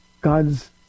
God's